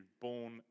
born